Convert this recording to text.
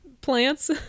plants